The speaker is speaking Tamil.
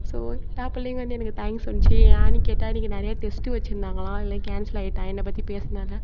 ஸோ எல்லா பிள்ளைங்க வந்து எனக்கு தேங்க்ஸ் சொன்னுச்சி ஏன்னு கேட்டால் இன்னிக்கி நிறையா டெஸ்ட்டு வெச்சிருதாங்களாம் எல்லாம் கேன்சலாகிட்டாம் என்னை பற்றி பேசுனதில்